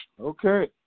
Okay